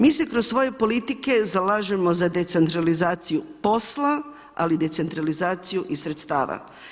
Mi se kroz svoje politike zalažemo za decentralizaciju posla, ali decentralizaciju i sredstava.